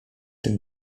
tym